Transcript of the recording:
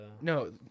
No